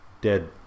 dead